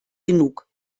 genug